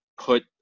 put